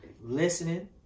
listening